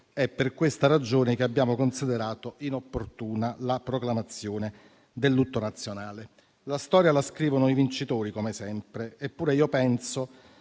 È per questa ragione che abbiamo considerato inopportuna la proclamazione del lutto nazionale. La storia la scrivono i vincitori, come sempre. Eppure, io penso